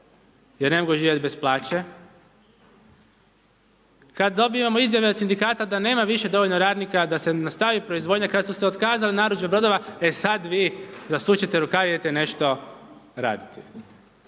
jer ne mogu živjeti bez plaće, kad dobivamo izjave od Sindikata da nema više dovoljno radnika da se nastavi proizvodnja, kad su se otkazale narudžbe brodova, e sad vi zasučete rukave i idete nešto raditi.